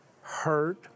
hurt